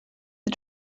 the